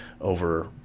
over